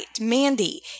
Mandy